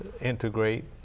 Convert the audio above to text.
integrate